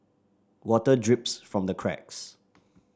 water drips from the cracks